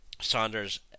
Saunders